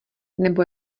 nebo